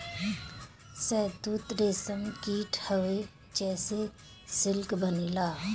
शहतूत रेशम कीट हवे जेसे सिल्क बनेला